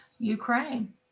Ukraine